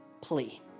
plea